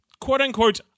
quote-unquote